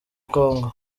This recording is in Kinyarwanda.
congo